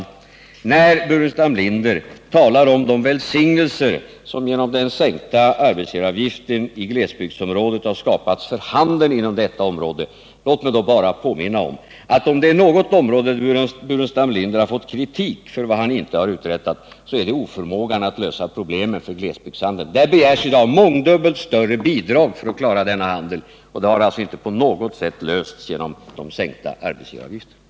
Staffan Burenstam Linder talar om de välsignelser Torsdagen den som genom den sänkta arbetsgivaravgiften i glesbygdsområden har skapats 14 december 1978 för handeln inom dessa områden. Låt mig då bara påminna om att ifall det är något han har fått kritik för är det just för sin oförmåga att lösa problemen för glesbygdshandeln. Där begärs i dag mångdubbelt större bidrag för att kunna klara denna handel. Problemen där har alltså inte på något sätt lösts genom de sänkta arbetsgivaravgifterna.